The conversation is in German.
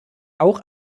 auch